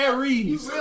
Aries